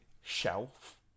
shelf